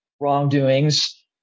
wrongdoings